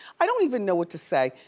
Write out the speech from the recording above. i don't even know what to say.